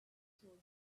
told